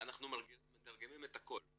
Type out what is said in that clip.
אנחנו מתרגמים את הכל.